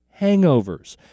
hangovers